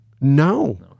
No